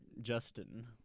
Justin